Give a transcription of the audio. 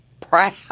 proud